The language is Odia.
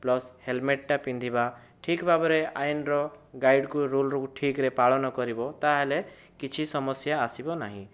ପ୍ଲସ୍ ହେଲମେଟଟା ପିନ୍ଧିବା ଠିକ ଭାବରେ ଆଇନର ଗାଇଡ଼ ରୁଲକୁ ଠିକ ଭାବରେ ପାଳନ କରିବ ତାହେଲେ କିଛି ସମସ୍ୟା ଆସିବ ନାହିଁ